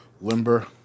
limber